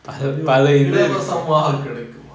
இது வந்து இலவசமாக கிடைக்குமா:ithu vanthu ilavasamaaka kidaikumaa